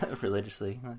Religiously